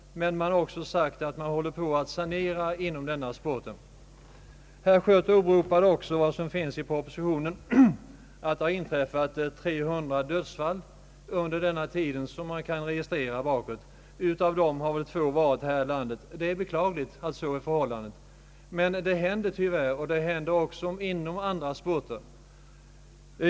Man håller emellertid på att sanera inom denna sport. Herr Schött åberopade också, vilket även sägs i propositionen, att det inträffat 300 dödsfall under den tid man gjort registreringar. Av dessa har två inträffat här i landet. Det är beklagligt, men sådant händer, och det händer även inom andra sportgrenar.